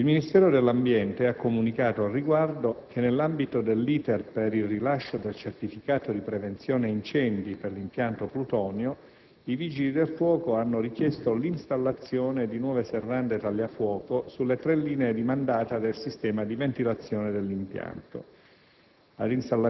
Il Ministero dell'ambiente ha comunicato, a riguardo, che nell'ambito dell'*iter* per il rilascio del certificato di prevenzione incendi per l'impianto Plutonio, i Vigili del fuoco hanno richiesto l'installazione di nuove serrande tagliafuoco sulle tre linee di mandata del sistema di ventilazione dell'impianto.